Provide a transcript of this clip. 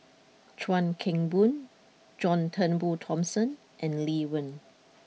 Chuan Keng Boon John Turnbull Thomson and Lee Wen